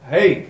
Hey